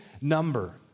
number